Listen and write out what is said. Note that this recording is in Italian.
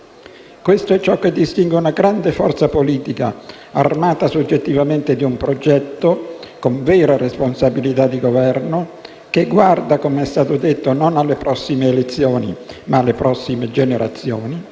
Questo è ciò che distingue una grande forza politica, armata soggettivamente di un progetto, con vera responsabilità di Governo che guarda, come è stato detto, non alle prossime elezioni ma alle prossime generazioni,